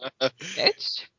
bitch